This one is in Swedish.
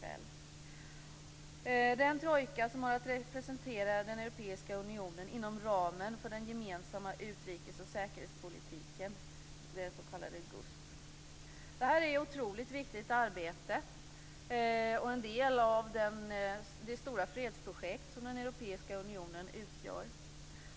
Det är en trojka som har att representera den europeiska unionen inom ramen för den gemensamma utrikes och säkerhetspolitiken - det s.k. GUSP. Detta är ett otroligt viktigt arbete och en del av det stora fredsprojekt som den europeiska unionen utgör.